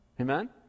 Amen